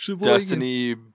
destiny